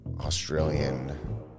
Australian